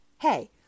Hey